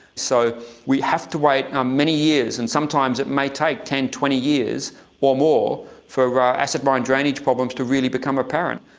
so we have to wait um many years, and sometimes it may take ten, twenty years or more for ah acid mine drainage problems to really become apparent.